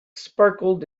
sparkled